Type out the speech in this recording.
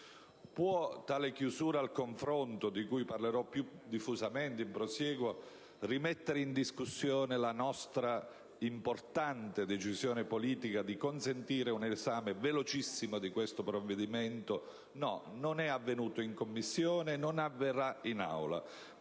Può tale chiusura al confronto, di cui parlerò più diffusamente in prosieguo, rimettere in discussione la nostra importante decisione politica di consentire un esame velocissimo di questo provvedimento? No, non è avvenuto in Commissione e non avverrà in Aula,